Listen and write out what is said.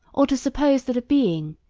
or to suppose that a being,